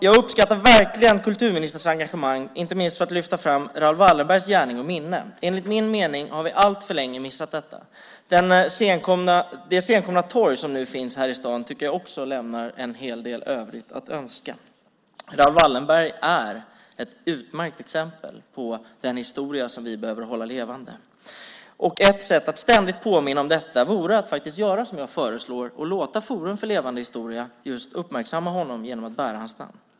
Jag uppskattar verkligen kulturministerns engagemang inte minst för att lyfta fram Raoul Wallenbergs gärning och minne. Enligt min mening har vi alltför länge missat detta. Det senkomna torg som nu finns här i staden tycker jag lämnar en hel del övrigt att önska. Raoul Wallenberg är ett utmärkt exempel på den historia som vi behöver hålla levande. Ett sätt att ständigt påminna om detta vore att göra som jag föreslår och låta Forum för levande historia uppmärksamma honom genom att bära hans namn.